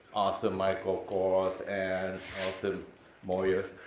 author michael kort, and author moyar,